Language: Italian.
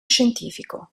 scientifico